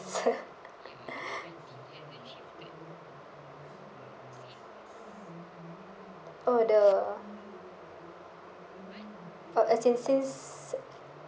oh the uh as in since